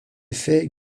fait